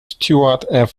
stuart